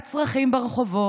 תחצו, אנחנו גם נעבור אותם.